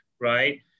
right